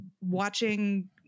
watching